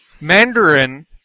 Mandarin